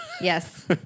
Yes